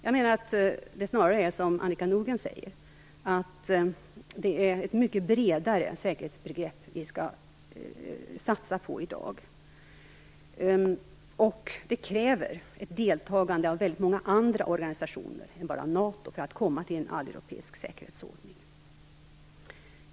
Jag menar att det snarare är som Annika Nordgren säger att vi skall satsa på ett mycket bredare säkerhetsbegrepp i dag. Det kräver ett deltagande av många andra organisationer än bara NATO för att komma fram till en alleuropeisk säkerhetsordning.